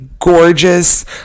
gorgeous